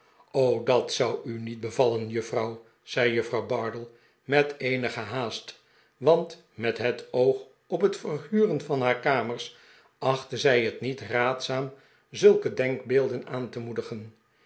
dat zou u niet bevallen juffrouw zei juffrouw bardell met eenige haastf want met het oog op het verhuren van haar kamers achtte zij het niet raadzaam zulke denkbeelden aan te moedigen